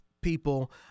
people